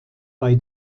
bei